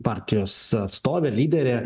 partijos atstovė lyderė